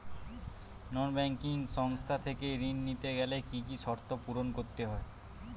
নন banking সংস্থা থেকে ঋণ নিতে গেলে কি কি শর্ত পূরণ করতে হয়?